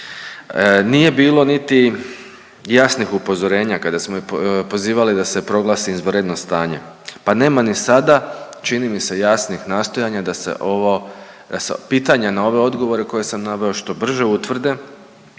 Nije bilo niti jasnih upozorenja kada smo pozivali da se proglasi izvanredno stanje, pa nema ni sada čini mi se jasnih nastojanja da se ovo, da se pitanja na ove odgovore koje sam naveo što brže utvrde